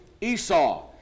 Esau